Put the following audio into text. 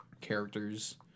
characters